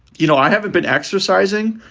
you know, i haven't been exercising.